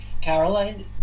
Caroline